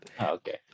Okay